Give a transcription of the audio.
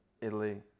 Italy